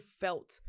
felt